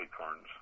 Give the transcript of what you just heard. acorns